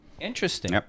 Interesting